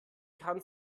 kann